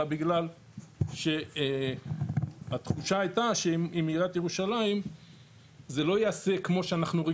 אלא בגלל שהתחושה הייתה שעם עיריית ירושלים זה לא ייעשה כמו שאנחנו,